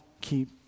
keep